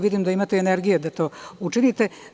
Vidim da imate energije da to učinite.